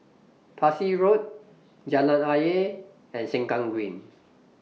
Parsi Road Jalan Ayer and Sengkang Green